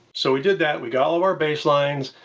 so, we did that, we got all of our baselines,